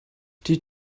die